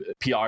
PR